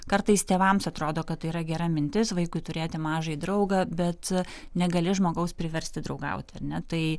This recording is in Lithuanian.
kartais tėvams atrodo kad tai yra gera mintis vaikui turėti mažąjį draugą bet negali žmogaus priversti draugauti ar ne tai